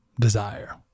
desire